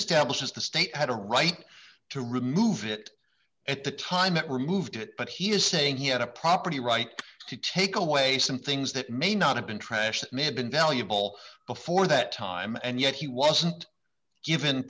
establishes the state had a right to remove it at the time it removed it but he is saying he had a property right to take away some things that may not have been trashed may have been valuable before that time and yet he wasn't given